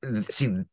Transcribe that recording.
See